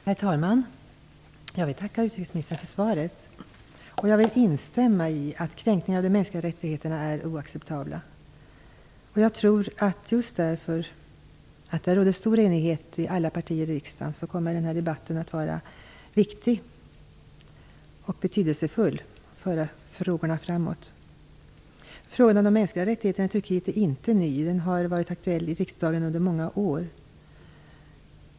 Herr talman! Jag vill tacka utrikesministern för svaret. Jag vill instämma i att kränkningar av de mänskliga rättigheterna är oacceptabla. Det råder stor enighet bland alla partier i riksdagen, och just därför kommer den här debatten att vara viktig och betydelsefull för att föra frågorna framåt. Frågan om de mänskliga rättigheterna i Turkiet är inte ny. Den har varit aktuell i riksdagen under många år.